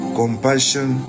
compassion